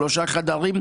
שלושה חדרים.